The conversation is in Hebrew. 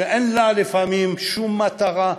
שאין לה לפעמים שום מטרה,